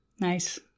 Nice